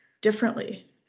differently